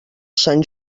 sant